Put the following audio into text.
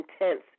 intense